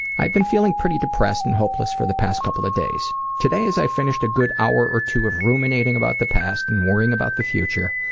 i had been feeling pretty depressed and hopeless for the past couple of days. today as i finished a good hour or two of ruminating about the past and worrying about the future,